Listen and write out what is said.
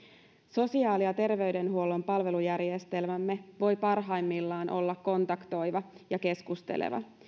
sosiaali ja terveydenhuollon palvelujärjestelmämme voi parhaimmillaan olla kontaktoiva ja keskusteleva